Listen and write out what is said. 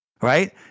right